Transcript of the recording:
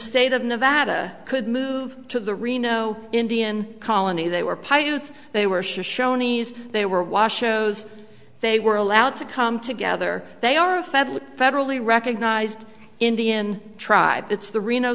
state of nevada could move to the reno indian colony they were paiutes they were shoney's they were washoe they were allowed to come together they are a federal federally recognized indian tribe it's the reno